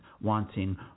wanting